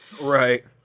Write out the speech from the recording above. right